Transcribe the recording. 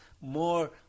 more